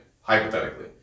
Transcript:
hypothetically